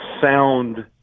sound